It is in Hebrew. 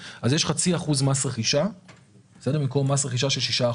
חצי אחוז מס רכישה במקום מס רכישה של 6%,